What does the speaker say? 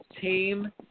team